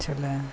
छलै